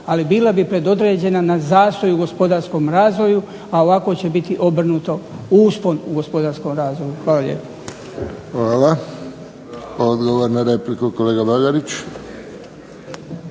ali bila bi predodređena na zastoj u gospodarskom razvoju, a ovako će obrnuto uspon u gospodarskom razvoju. Hvala lijepo. **Friščić, Josip (HSS)** Hvala. Odgovor na repliku kolega Bagarić.